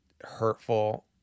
hurtful